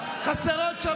וכל מה שיש לך